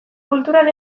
kulturan